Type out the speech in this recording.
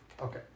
Okay